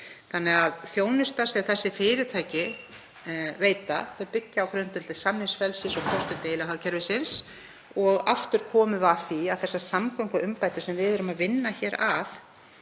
trúi ég. Þjónustan sem þessi fyrirtæki veita byggir á grundvelli samningsfrelsis og kostum deilihagkerfisins og aftur komum við að því að þessar samgönguumbætur sem við erum að vinna hér að,